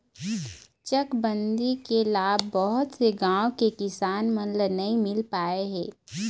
चकबंदी के लाभ बहुत से गाँव के किसान मन ल नइ मिल पाए हे